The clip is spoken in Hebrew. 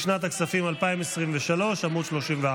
לשנת הכספים 2023, עמ' 34,